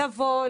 לבוא,